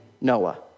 Noah